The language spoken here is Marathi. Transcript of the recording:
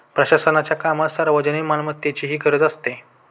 प्रशासनाच्या कामात सार्वजनिक मालमत्तेचीही गरज असते